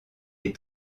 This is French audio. est